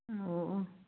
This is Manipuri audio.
ꯑꯣ ꯑꯣ